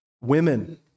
women